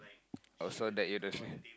also that you don't